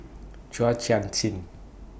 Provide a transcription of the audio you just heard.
Chua Chin Sian